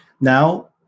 Now